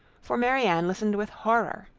for marianne listened with horror,